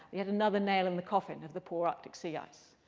yet another nail in the coffin of the poor arctic sea ice.